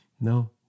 No